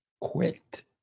quit